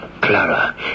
Clara